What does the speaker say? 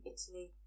Italy